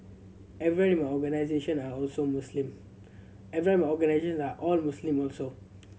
everyone in my organisation are also Muslim everyone my organisation are all Muslim also